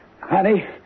Honey